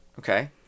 okay